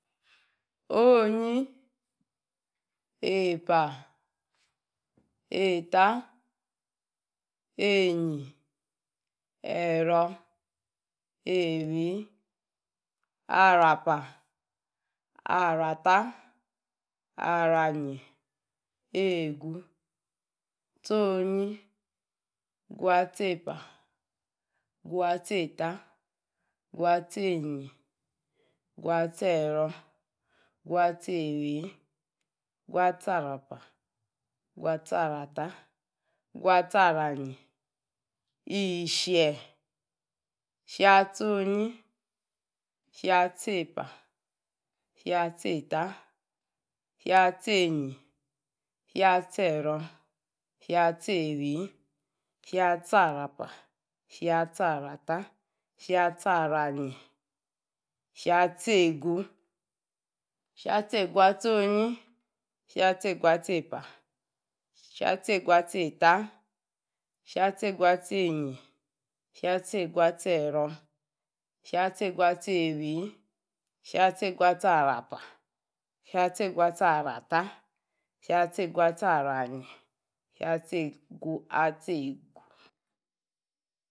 Onyi, epa, eita, einyi, ero, eri, arapa arata, aranyi, egu, tchonyi, egutchepa, eguatchieta, eguatchienyi, eguatcheiro, eguatcheiri, egutchiarapa, eguatcheiarata, eguatchiaranyi, ishie, ishie atsonyi, ishiea-tcheipa, ishieatcheita, ishiea tcheinyi ishieatcheira, ishieatcheri, ishieatchirapa, ishieatchiaranyi, ishieatchiegu, ishieatchegu-atsonyi, ishieatchiegu-atsiepa, ishieatchegu-atsieta, ishieatchegu-atsein yi, ishieatchegu-atserio, ishieatchegu-atsiarata, ishieatchegu-atsiaranyi ishieatchegu-atsu.